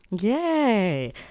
Yay